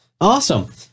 awesome